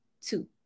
Two